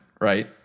right